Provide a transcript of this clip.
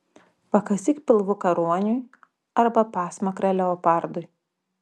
pakasyk pilvuką ruoniui arba pasmakrę leopardui